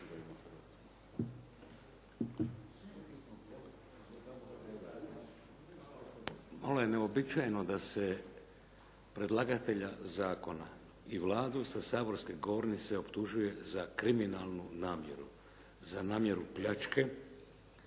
malo je neuobičajeno da se predlagatelja zakona i Vladu sa saborske govornice optužuje za kriminalnu namjeru, za namjeru pljačke.